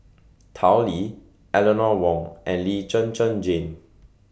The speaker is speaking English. Tao Li Eleanor Wong and Lee Zhen Zhen Jane